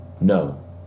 No